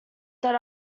that